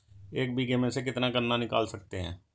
एक बीघे में से कितना गन्ना निकाल सकते हैं?